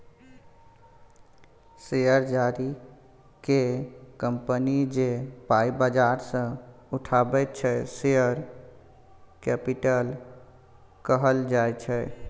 share जारी कए company जे पाइ बजार सँ उठाबैत छै शेयर कैपिटल कहल जाइ छै